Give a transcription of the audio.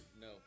No